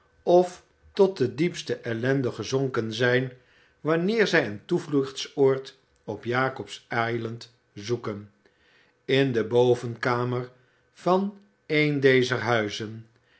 of tot de diepste ellende gezonken zijn wanneer zij een toevluchtsoord op j a c o b s i s a n d zoeken in de bovenkamer van een dezer huizen